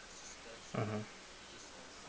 mmhmm